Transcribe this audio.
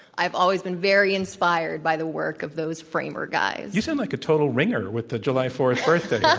i've always been very inspired by the work of those framer guys. you sound like a total ringer with the july fourth birthday.